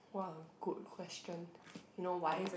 what a good question you know why